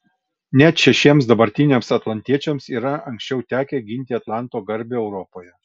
net šešiems dabartiniams atlantiečiams yra anksčiau tekę ginti atlanto garbę europoje